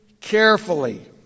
carefully